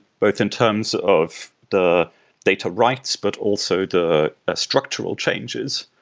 both in terms of the data writes, but also the structural changes.